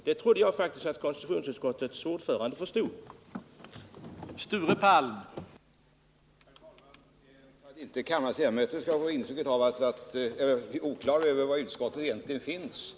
Jag trodde faktiskt att konstitutionsutskottets ordförande förstod detta.